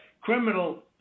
criminal